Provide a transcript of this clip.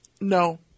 no